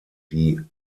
die